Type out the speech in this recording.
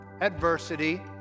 adversity